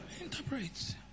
Interprets